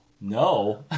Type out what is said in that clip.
No